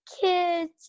kids